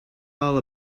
all